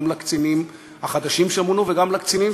גם לקצינים החדשים שמונו וגם לקצינים